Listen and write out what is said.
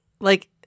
Like-